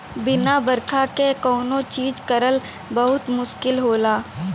बिना बरखा क कौनो चीज करल बहुत मुस्किल होला